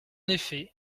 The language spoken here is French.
effet